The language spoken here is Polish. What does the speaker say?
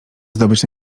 zdobyć